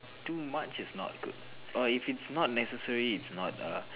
too much is not good or if it's not necessary it's not err